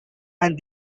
and